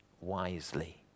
wisely